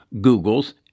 Google's